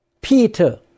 Peter